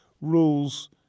rules